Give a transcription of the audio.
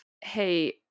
hey